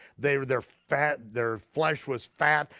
they're they're fat, their flesh was fat,